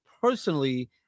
personally